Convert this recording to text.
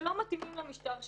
שלא מתאימים למשטר שלנו.